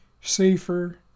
Safer